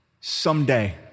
someday